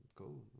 cool